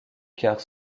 quart